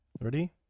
Ready